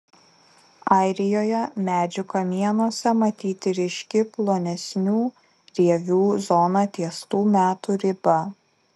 airijoje medžių kamienuose matyti ryški plonesnių rievių zona ties tų metų riba